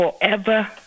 Forever